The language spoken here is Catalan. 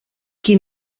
qui